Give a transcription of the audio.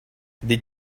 did